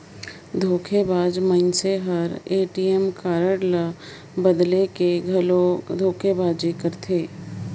धोखेबाज मइनसे हर ए.टी.एम कारड ल बलेद कर घलो धोखेबाजी करथे